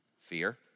fear